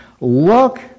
look